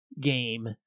Game